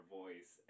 voice